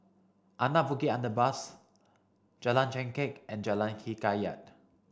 Anak Bukit Underpass Jalan Chengkek and Jalan Hikayat